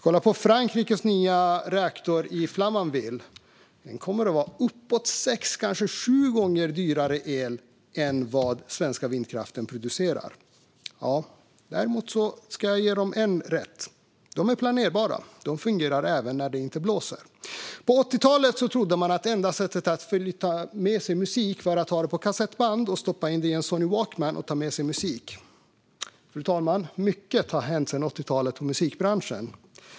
Kolla på Frankrikes nya reaktor i Flamanville: Elen kommer att vara uppåt sex, kanske sju, gånger dyrare än den el som den svenska vindkraften producerar. Men jag ska ge dem ett rätt: De är planerbara och fungerar även när det inte blåser. På 80-talet trodde man att det enda sättet att ta med sig musik var att ha den på ett kassettband och stoppa in det i en Sony Walkman. Mycket har hänt i musikbranschen sedan 80-talet, fru talman.